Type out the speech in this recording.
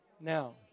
Now